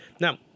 Now